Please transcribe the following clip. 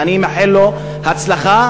שאני מאחל לו הצלחה,